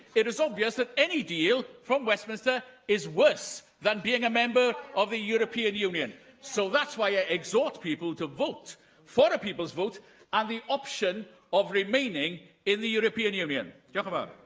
it is obvious that any deal from westminster is worse than being a member of the european union. so, that's why i exhort people to vote for a people's vote and the option of remaining in the european union. diolch